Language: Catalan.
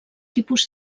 tipus